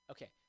Okay